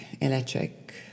electric